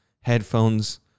headphones